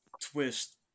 twist